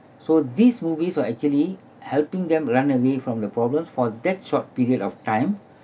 so these movies will actually helping them run away from the problems for that short period of time